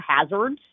hazards